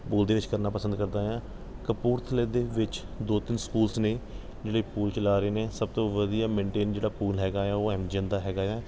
pool ਦੇ ਵਿੱਚ ਕਰਨਾ ਪਸੰਦ ਕਰਦਾ ਹਾਂ ਕਪੂਰਥਲੇ ਦੇ ਵਿੱਚ ਦੋ ਤਿੰਨ ਸਕੂਲਜ਼ ਨੇ ਜਿਹੜੇ ਪੂਲ ਚਲਾ ਰਹੇ ਨੇ ਸਭ ਤੋਂ ਵਧੀਆ ਮੈਂਟੇਨ ਜਿਹੜਾ ਪੂਲ ਹੈਗਾ ਆ ਉਹ ਐਮਜਨ ਦਾ ਹੈਗਾ ਹੈ